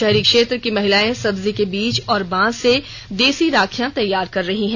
शहरी क्षेत्र की महिलाएं सब्जी के बीज और बांस से देसी राखियां तैयार कर रही है